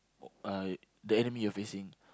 uh the enemy you're facing